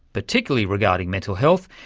particularly regarding mental health,